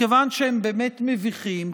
מכיוון שהם באמת מביכים,